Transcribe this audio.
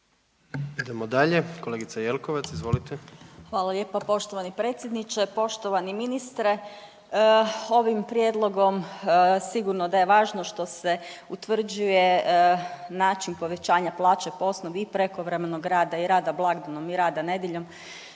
Idemo dalje, kolegica Jelkovac, izvolite. **Jelkovac, Marija (HDZ)** Hvala lijepo poštovani predsjedniče. Poštovani ministre ovim prijedlogom sigurno da je važno što se utvrđuje način povećanja plaće po osnovi i prekovremenog rada i rada blagdanom i rada nedjeljom,